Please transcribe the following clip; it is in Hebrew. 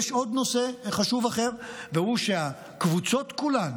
יש עוד נושא חשוב אחר, והוא שהקבוצות כולן,